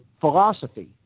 philosophy